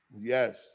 Yes